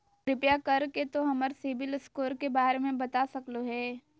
कृपया कर के तों हमर सिबिल स्कोर के बारे में बता सकलो हें?